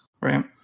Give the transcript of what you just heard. right